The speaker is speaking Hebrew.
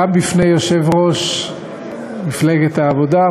גם בפני יושב-ראש מפלגת העבודה,